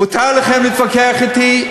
מותר לכם להתווכח אתי,